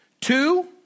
Two